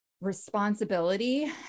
responsibility